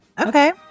Okay